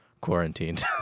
quarantined